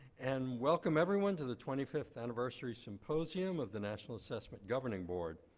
and welcome, everyone, to the twenty fifth anniversary symposium of the national assessment governing board.